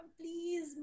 please